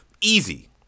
easy